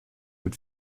mit